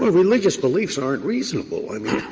ah religious beliefs aren't reasonable. i mean,